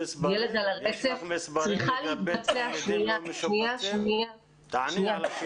ילד על הרצף צריכה להתבצע- - יש לך מספרים של ילדים לא משובצים?